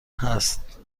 هست